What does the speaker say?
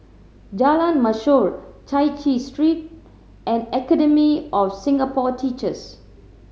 Jalan Mashor Chai Chee Street and Academy of Singapore Teachers